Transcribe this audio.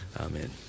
Amen